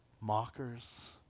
mockers